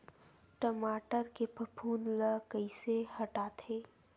टमाटर के फफूंद ल कइसे हटाथे?